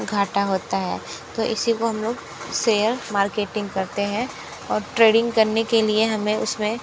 घाटा होता है तो इसी को हम लोग सेयर मार्केटिंग कहते हैं और ट्रेडिंग करने के लिए हमें उस में